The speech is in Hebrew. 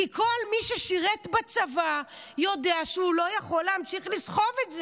כי כל מי ששירת בצבא יודע שהוא לא יכול להמשיך לסחוב את זה.